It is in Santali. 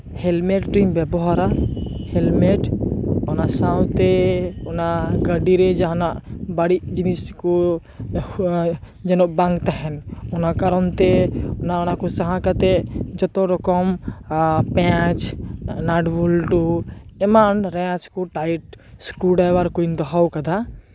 ᱦᱮᱞᱢᱮᱴ ᱤᱧ ᱵᱮᱵᱚᱦᱟᱨᱟ ᱦᱮᱞᱢᱮᱴ ᱚᱱᱟ ᱥᱟᱶᱛᱮ ᱚᱱᱟ ᱜᱟᱹᱰᱤᱨᱮ ᱡᱟᱦᱟᱱᱟᱜ ᱵᱟᱹᱲᱤᱡ ᱡᱤᱱᱤᱥ ᱠᱚ ᱡᱮᱱᱚ ᱵᱟᱝ ᱛᱟᱦᱮᱱ ᱚᱱᱟ ᱠᱟᱨᱚᱱᱛᱮ ᱚᱱᱟ ᱚᱱᱟᱠᱚ ᱥᱟᱦᱟ ᱠᱟᱛᱮᱫ ᱡᱚᱛᱚ ᱨᱚᱠᱚᱢ ᱯᱮᱸᱡ ᱱᱟᱴᱯᱷᱩᱞᱴᱩ ᱮᱢᱟᱱ ᱨᱮᱸᱡ ᱠᱚ ᱴᱟᱭᱤᱰ ᱤᱥᱠᱩᱰᱨᱟᱭᱵᱷᱟᱨ ᱠᱩᱧ ᱫᱚᱦᱚ ᱟᱠᱟᱫᱟ